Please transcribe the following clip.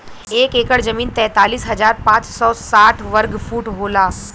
एक एकड़ जमीन तैंतालीस हजार पांच सौ साठ वर्ग फुट होला